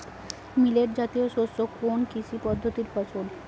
Millet জাতীয় শস্য কোন কৃষি পদ্ধতির ফসল?